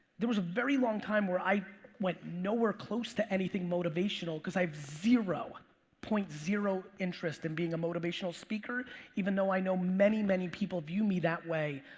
there was a very long time where i went nowhere close to anything motivational cause i have zero point zero interest in being a motivational speaker even though i know many, many people view me that way.